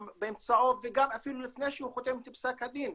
באמצעו ואפילו לפני שהוא חותם את פסק הדין,